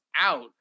out